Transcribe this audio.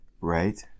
right